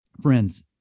friends